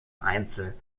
einzel